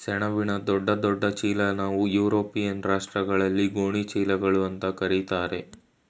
ಸೆಣಬಿನ ದೊಡ್ಡ ದೊಡ್ಡ ಚೀಲನಾ ಯುರೋಪಿಯನ್ ರಾಷ್ಟ್ರಗಳಲ್ಲಿ ಗೋಣಿ ಚೀಲಗಳು ಅಂತಾ ಕರೀತಾರೆ